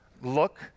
Look